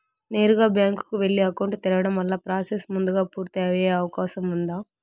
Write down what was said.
నేరుగా బ్యాంకు కు వెళ్లి అకౌంట్ తెరవడం వల్ల ప్రాసెస్ ముందుగా పూర్తి అయ్యే అవకాశం ఉందా?